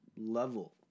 level